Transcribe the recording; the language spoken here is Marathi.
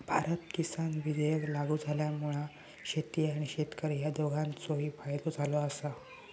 भारत किसान विधेयक लागू झाल्यामुळा शेती आणि शेतकरी ह्या दोघांचोही फायदो झालो आसा